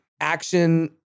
action